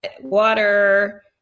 water